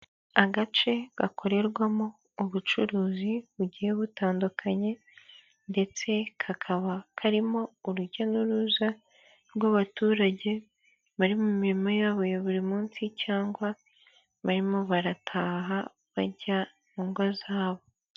Agace gakorerwamo ubucuruzi bugiye butandukanye, ndetse kakaba karimo urujya n'uruza rw'abaturage bari mu mirimo yabo ya buri munsi cyangwa barimo barataha bajya mu ngo zabo.